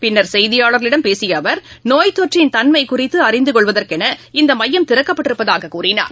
பின்னர் செய்தியாளர்களிடம் பேசியஅவர் நோய் தொற்றின் தன்மைகுறித்துஅறிந்தகொள்வதற்கென இந்தமையம் திறக்கப்பட்டிருப்பதாககூறினார்